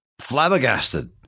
flabbergasted